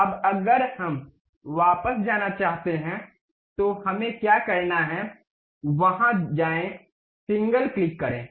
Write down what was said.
अब अगर हम वापस जाना चाहते हैं तो हमें क्या करना है वहां जाएं सिंगल क्लिक करें